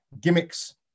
Gimmicks